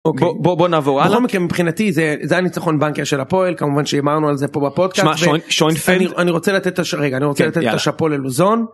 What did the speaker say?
בוא, בוא, בוא נעבור הלאה. בכל מקרה, מבחינתי זה, זה הניצחון באנקר של הפועל, כמובן שהימרנו על זה פה בפודקאסט.. אני רוצה לתת... רגע אני רוצה לתת שאפו ללוזון.